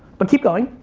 but keep going.